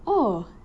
oh